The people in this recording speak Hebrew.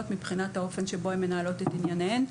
מבחינת האופן שבו הן מנהלות את ענייניהן.